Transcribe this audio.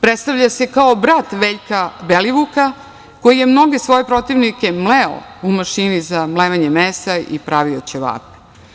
Predstavlja se kao brat Veljka Belivuka koji je mnoge svoje protivnike mleo u mašini za mlevenje mesa i pravio ćevape.